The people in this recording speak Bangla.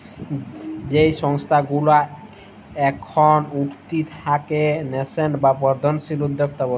যেই সংস্থা গুলা এখল উঠতি তাকে ন্যাসেন্ট বা বর্ধনশীল উদ্যক্তা ব্যলে